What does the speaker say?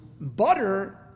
Butter